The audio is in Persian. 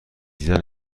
دیدن